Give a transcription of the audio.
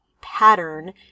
pattern